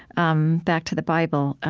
um back to the bible